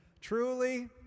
truly